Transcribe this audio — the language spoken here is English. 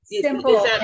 simple